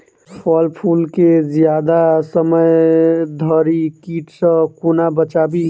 फल फुल केँ जियादा समय धरि कीट सऽ कोना बचाबी?